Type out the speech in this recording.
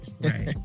Right